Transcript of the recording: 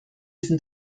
sind